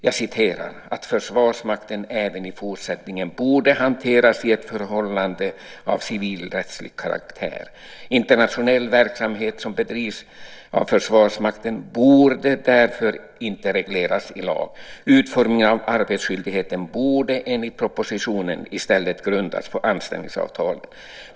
Hon säger att "Försvarsmakten även i fortsättningen borde hanteras i ett förhållande av civilrättslig karaktär." Hon säger vidare att "internationell verksamhet som bedrivs av Försvarsmakten borde därför inte regleras i lag." Hon säger också: "Utformningen av arbetsskyldigheten borde enligt propositionen i stället grundas på anställningsavtalen."